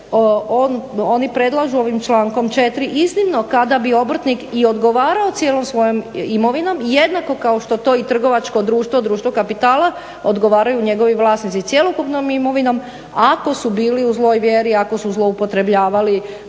oni predlažu ovim člankom 4. iznimno kada bi obrtnik i odgovarao cijelom svojom imovinom i jednako kao što to i trgovački društvo – društvo kapitala odgovaraju njegovi vlasnici cjelokupnom imovinom ako su bili u zloj vjeri, ako su zloupotrebljavali